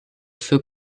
für